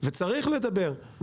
וצריך לדבר,